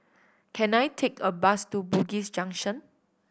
can I take a bus to Bugis Junction